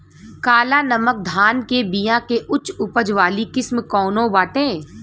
काला नमक धान के बिया के उच्च उपज वाली किस्म कौनो बाटे?